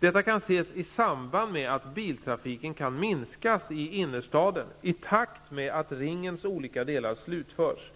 Detta kan ses i samband med att biltrafiken kan minskas i innerstaden i takt med att Ringens olika delar slutförs